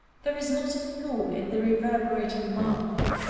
there is not a flaw in the reverberating marble,